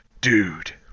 Dude